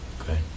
Okay